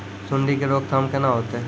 सुंडी के रोकथाम केना होतै?